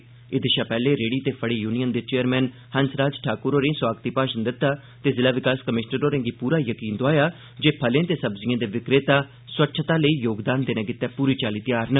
तोआई एह्दे शा पैह्ले रेहड़ी ते फड़ी यूनियन दे चेयरमैन हंस राज ठाकुर होरें सोआगती भाषण दित्ता ते जिला विकास कमिशनर होरें'गी पूरा यकीन दोआया जे फलें ते सब्जिएं दे विक्रेता सवच्छता लेई योगदान देने गितै पूरी चाल्ली तैयार न